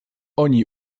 oni